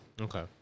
Okay